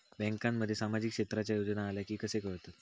बँकांमध्ये सामाजिक क्षेत्रांच्या योजना आल्या की कसे कळतत?